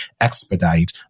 expedite